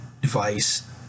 device